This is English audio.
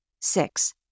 Six